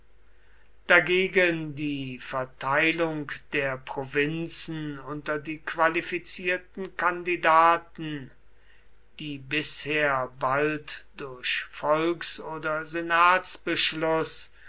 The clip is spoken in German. dagegen die verteilung der provinzen unter die qualifizierten kandidaten die bisher bald durch volks oder